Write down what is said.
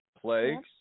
plagues